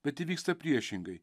bet įvyksta priešingai